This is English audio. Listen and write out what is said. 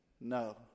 No